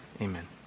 amen